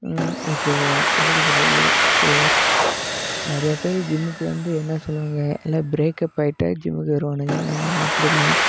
இப்போது எப்படி சொல்கிறது இப்போது நிறையா பேர் ஜிம்முக்கு வந்து என்ன சொல்லுவாங்க எல்லாம் பிரேக்கப் ஆயிட்டால் ஜிம்முக்கு வருவானுங்க ஆனால் நான் அப்படி இல்லை